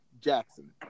Jackson